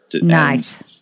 Nice